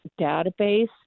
database